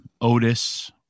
Otis